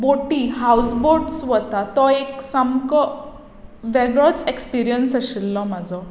बो बोटी हावज बोट्स वता तो एक सामको वेगळोच एक्सपिरियन्स आशिल्लो म्हाजो